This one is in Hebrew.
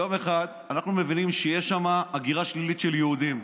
יום אחד אנחנו מבינים שיש שם הגירה שלילית של יהודים.